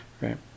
right